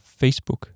Facebook